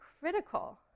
critical